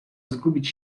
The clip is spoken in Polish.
zgubić